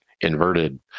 inverted